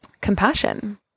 compassion